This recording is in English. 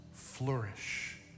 flourish